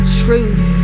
truth